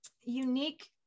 unique